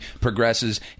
progresses